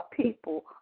people